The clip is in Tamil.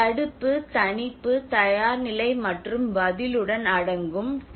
தடுப்பு தணிப்பு தயார்நிலை மற்றும் பதிலுடன் அடங்கும் டி